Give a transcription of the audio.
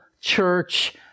church